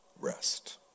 rest